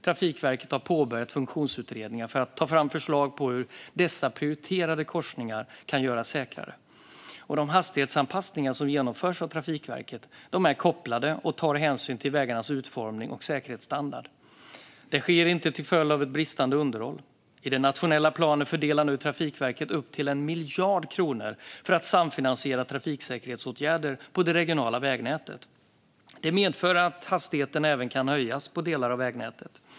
Trafikverket har påbörjat funktionsutredningar för att ta fram förslag på hur dessa prioriterade korsningar kan göras säkrare. De hastighetsanpassningar som genomförs av Trafikverket är kopplade och tar hänsyn till vägarnas utformning och säkerhetsstandard. De sker inte till följd av ett bristande underhåll. I den nationella planen fördelar nu Trafikverket upp till 1 miljard kronor för att samfinansiera trafiksäkerhetsåtgärder på det regionala vägnätet. Det medför att hastigheten även kan höjas på delar av vägnätet.